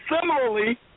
Similarly